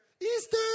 Easter